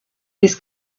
his